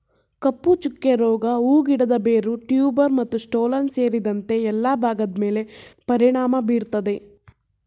ಕಪ್ಪುಚುಕ್ಕೆ ರೋಗ ಹೂ ಗಿಡದ ಬೇರು ಟ್ಯೂಬರ್ ಮತ್ತುಸ್ಟೋಲನ್ ಸೇರಿದಂತೆ ಎಲ್ಲಾ ಭಾಗದ್ಮೇಲೆ ಪರಿಣಾಮ ಬೀರ್ತದೆ